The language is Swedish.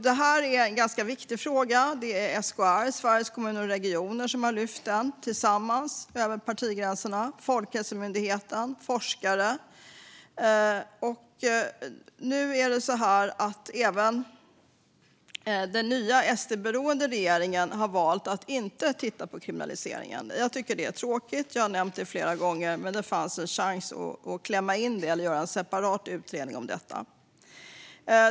Det här är en viktig fråga som alla partier i Sveriges Kommuner och Regioner har lyft fram och även Folkhälsomyndigheten och forskare. Men den nya SD-beroende regeringen har valt att inte titta på kriminaliseringen, vilket jag tycker är tråkigt. Det fanns ju en chans att klämma in det i utredningen eller göra en separat utredning om detta.